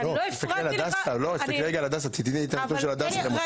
תסתכלי על הדסה, תראי הנתון של הדסה.